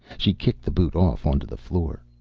she kicked the boot off, onto the floor.